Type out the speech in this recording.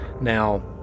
Now